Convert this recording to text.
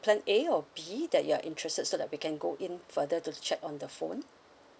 plan A or B that you're interested so that we can go in further to check on the phone